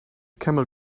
camel